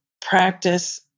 practice